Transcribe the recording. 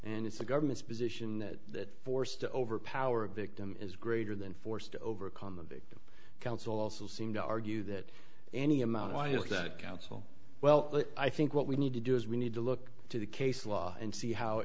and it's the government's position that force to overpower a victim is greater than force to overcome the victim council also seem to argue that any amount why is that council well i think what we need to do is we need to look to the case law and see how